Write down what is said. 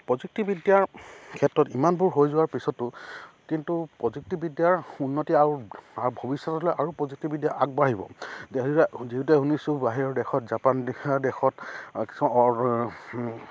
প্ৰযুক্তিবিদ্যাৰ ক্ষেত্ৰত ইমানবোৰ হৈ যোৱাৰ পিছতো কিন্তু প্ৰযুক্তিবিদ্যাৰ উন্নতি আৰু ভৱিষ্যতলৈ আৰু প্ৰযুক্তিবিদ্যা আগবাঢ়িব যিহেতু শুনিছোঁ বাহিৰৰ দেশত জাপান লেখিয়া দেশত কিছুমান